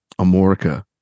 Amorica